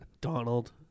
Donald